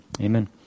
amen